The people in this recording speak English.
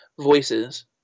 voices